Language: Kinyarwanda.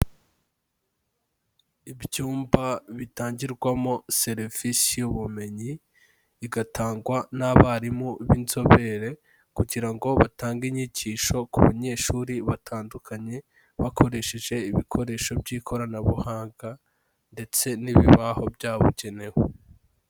Ibyumba bitangirwamo serivisi y'ubumenyi, igatangwa n'abarimu b'inzobere kugira ngo batange inyigisho ku banyeshuri batandukanye bakoresheje ibikoresho by'ikoranabuhanga ndetse n'ibibaho byabugenewe.